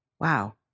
wow